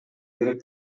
керек